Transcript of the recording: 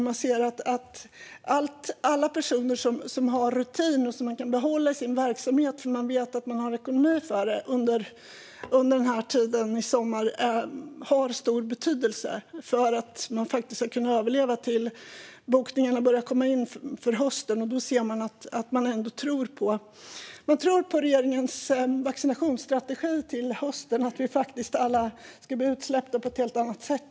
Man ser att det har stor betydelse om man kan behålla alla personer som har rutin i sin verksamhet och om man vet att man har ekonomi för det under tiden i sommar. Det handlar om att man ska kunna överleva tills bokningarna börjar komma in för hösten. Man tror på regeringens vaccinationsstrategi och att vi alla till hösten ska bli utsläppta på ett helt annat sätt.